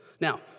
Now